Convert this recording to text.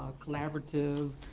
ah collaborative